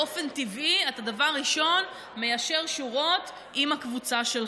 באופן טבעי אתה דבר ראשון מיישר שורות עם הקבוצה שלך.